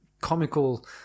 comical